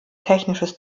technisches